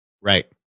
Right